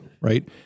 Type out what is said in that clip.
Right